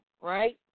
right